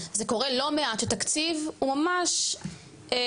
זה קורה לא מעט שתקציב הוא ממש אצל,